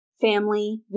family